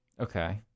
Okay